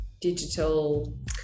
digital